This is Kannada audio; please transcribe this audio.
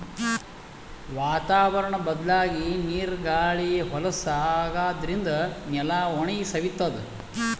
ವಾತಾವರ್ಣ್ ಬದ್ಲಾಗಿ ನೀರ್ ಗಾಳಿ ಹೊಲಸ್ ಆಗಾದ್ರಿನ್ದ ನೆಲ ಒಣಗಿ ಸವಿತದ್